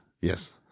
yes